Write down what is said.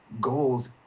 goals